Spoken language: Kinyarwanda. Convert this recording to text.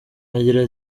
agira